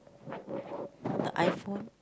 the iPhone